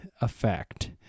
effect